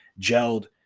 gelled